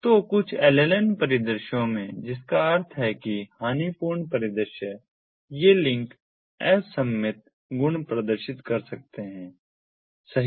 तो कुछ LLN परिदृश्यों में जिसका अर्थ है कि हानिपूर्ण परिदृश्य ये लिंक असममित गुण प्रदर्शित कर सकते हैं सही